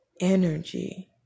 energy